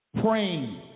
praying